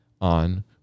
on